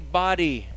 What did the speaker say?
body